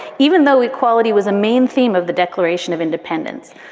even though equality was a main theme of the declaration of independence.